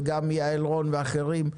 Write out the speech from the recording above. גם יעל רון ואחרים,